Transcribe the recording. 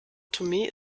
tomé